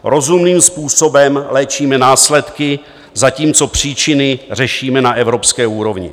Rozumným způsobem léčíme následky, zatímco příčiny řešíme na evropské úrovni.